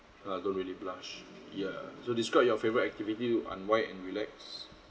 uh don't really blush yeah so describe your favourite activity to unwind and relax